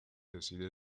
decide